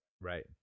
Right